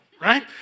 right